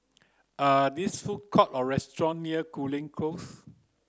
are this food courts or restaurants near Cooling Close